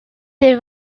est